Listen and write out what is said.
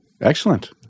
Excellent